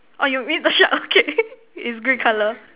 orh you mean the shirt okay is green colour